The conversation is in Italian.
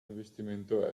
investimento